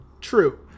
true